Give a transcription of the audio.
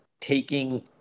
taking